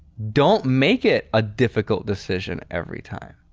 don't make it a difficult decision every time.